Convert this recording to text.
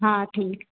हाँ ठीक